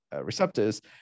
receptors